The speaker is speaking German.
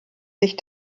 sich